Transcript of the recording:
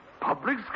Public